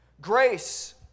grace